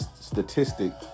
statistic